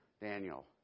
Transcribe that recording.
Daniel